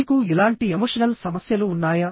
మీకు ఇలాంటి ఎమోషనల్ సమస్యలు ఉన్నాయా